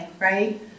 right